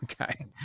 okay